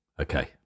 Okay